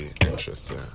interesting